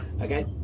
Okay